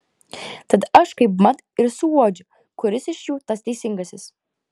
tad aš kaipmat ir suuodžiu kuris iš jų tas teisingasis